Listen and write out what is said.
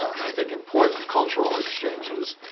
i think, important cultural exchanges.